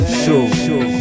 show